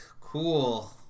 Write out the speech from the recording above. cool